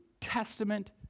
Testament